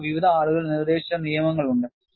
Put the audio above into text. നിങ്ങൾക്ക് വിവിധ ആളുകൾ നിർദ്ദേശിച്ച നിയമങ്ങളുണ്ട്